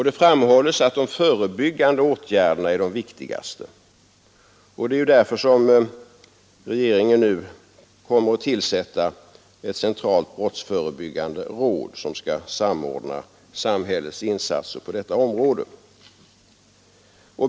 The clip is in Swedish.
Det framhålles att de förebyggande åtgärderna är de viktigaste. Det är ju därför som regeringen nu kommer att tillsätta ett centralt brottsförebyggande råd, som skall samordna samhällets insatser på detta område.